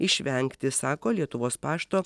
išvengti sako lietuvos pašto